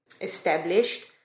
established